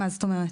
מה זאת אומרת?